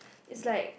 is like